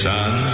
Son